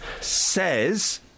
says